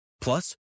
Plus